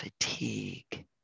fatigue